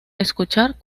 escuchar